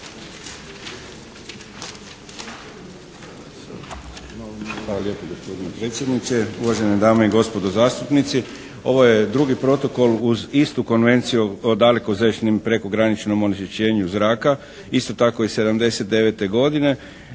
Hvala lijepa gospodine predsjedniče. Uvažene dame i gospodo zastupnici. Ovo je drugo Protokol uz istu Konvenciju o dalekosežnom prekograničnom onečišćenju zraka. Isto tako iz '79. godine